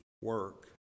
work